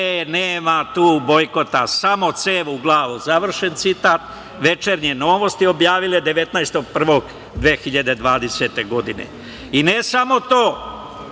nema tu bojkota, samo cev u glavu“ završen citat, Večernje novosti objavile 19.1.2020. godine.I ne samo to,